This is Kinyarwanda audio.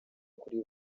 kuri